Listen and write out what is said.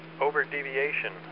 over-deviation